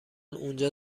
اونجا